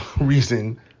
reason